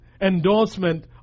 endorsement